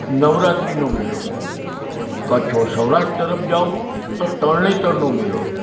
નવરાત્રિનો મેળો કચ્છ સૌરાષ્ટ તરફ જાવ તો તરણેતરનો મેળો